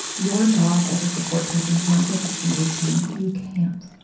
your job, as a support person, is not to fix somebody's pain. you can't.